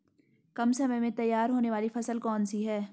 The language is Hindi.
कम समय में तैयार होने वाली फसल कौन सी है?